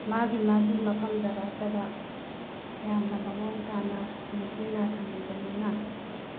ꯃꯥꯒꯤ ꯃꯥꯒꯤ ꯃꯐꯝ ꯖꯒꯥ ꯖꯒꯥ ꯌꯥꯝꯅ ꯃꯑꯣꯡ ꯇꯥꯅ ꯅꯤꯡꯊꯤꯅ ꯊꯝꯕꯤꯕꯅꯤꯅ